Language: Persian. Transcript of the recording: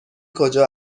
کجا